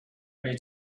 only